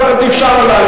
ואפשרנו לה,